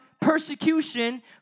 persecution